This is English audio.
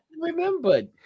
Remembered